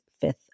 Fifth